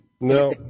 No